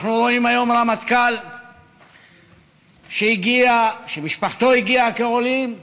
אנחנו רואים היום רמטכ"ל שבני משפחתו הגיעו כעולים,